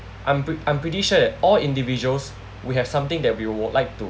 I'm pre~ I'm pretty sure that all individuals we have something that we would like to